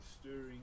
stirring